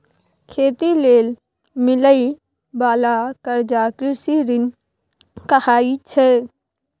खेती लेल मिलइ बाला कर्जा कृषि ऋण कहाइ छै